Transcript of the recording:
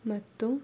ಮತ್ತು